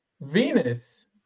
Venus